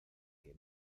que